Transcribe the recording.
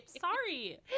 Sorry